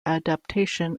adaptation